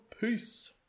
peace